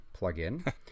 plugin